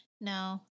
No